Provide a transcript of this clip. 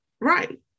right